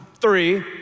three